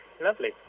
Lovely